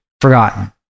forgotten